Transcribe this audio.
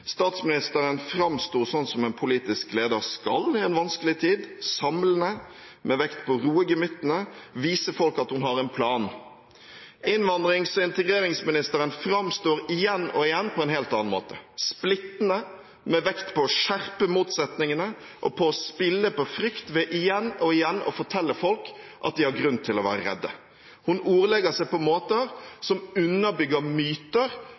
Statsministeren framsto sånn som en politisk leder skal i en vanskelig tid: samlende, med vekt på å roe gemyttene, vise folk at hun har en plan. Innvandrings- og integreringsministeren framstår igjen og igjen på en helt annen måte: splittende, med vekt på å skjerpe motsetningene og spille på frykt ved igjen og igjen å fortelle folk at de har grunn til å være redde. Hun ordlegger seg på måter som underbygger myter